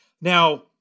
Now